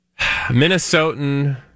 Minnesotan